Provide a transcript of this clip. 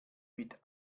mit